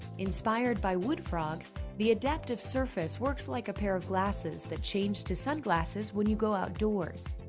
inspired by wood frogs, the adaptive surface works like a pair of glasses that change to sunglasses when you go outdoors.